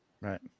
Right